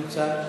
לא נמצאת,